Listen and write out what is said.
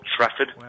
Trafford